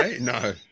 No